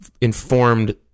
informed